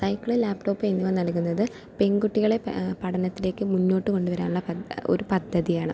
cycle laptop എന്നിവ നൽകുന്നത് പെൺകുട്ടികളെ പഠനത്തിലേക്ക് മുന്നോട്ട് കൊണ്ടുവരാനുള്ള ഒരു പദ്ധതിയാണ്